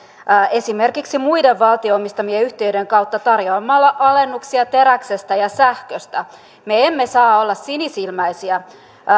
esimerkiksi muiden valtion omistamien yhtiöiden kautta tarjoamalla alennuksia teräksestä ja sähköstä me emme saa olla sinisilmäisiä